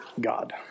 God